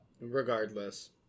regardless